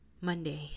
Monday